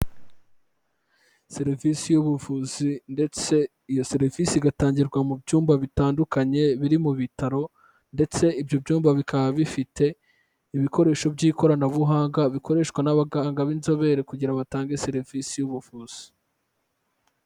Serivisi y'ubuvuzi ndetse iyo serivisi igatangirwa mu byumba bitandukanye biri mu bitaro ndetse ibyo byumba bikaba bifite, ibikoresho by'ikoranabuhanga bikoreshwa n'abaganga b'inzobere kugira batange serivisi y'ubuvuzi.